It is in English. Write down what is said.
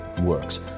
works